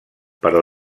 però